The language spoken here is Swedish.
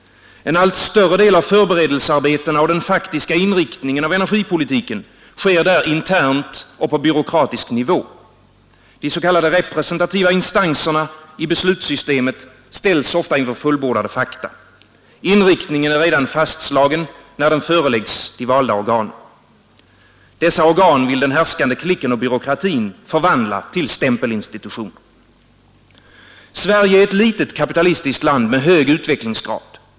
En allt större del av förberedelsearbetena och den faktiska inriktningen av energipolitiken sker där internt och på byråkratisk nivå. De s.k. representativa instanserna i beslutssystemet ställs ofta inför fullbordade fakta. Inriktningen är redan fastslagen när projekten föreläggs de valda organen. Dessa organ vill den härskande klicken och byråkratin förvandla till stämpelinstitutioner. Sverige är ett litet kapitalistiskt land med hög utvecklingsgrad.